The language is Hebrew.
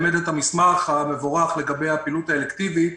המסמך המבורך לגבי הפעילות האלקטיבית.